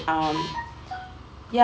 um ya